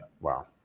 wow